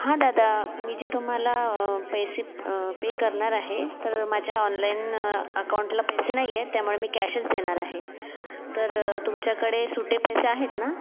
हा दादा मी जे तुम्हाला पैसे पे करणार आहे तर माझ्या ऑनलाईन अकाउंटला पैसे नाही आहेत त्यामुळे मी कॅशच देणार आहे तर तुमच्याकडे सुट्टे पैसे आहेत ना